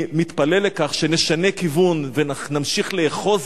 אני מתפלל לכך שנשנה כיוון ונמשיך לאחוז